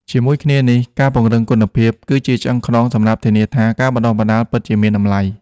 ជាមួយគ្នានេះ ការពង្រឹងគុណភាព គឺជាឆ្អឹងខ្នងសម្រាប់ធានាថាការបណ្តុះបណ្តាលពិតជាមានតម្លៃ។